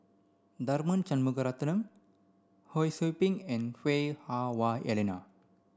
Tharman Shanmugaratnam Ho Sou Ping and Lui Hah Wah Elena